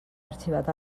arxivat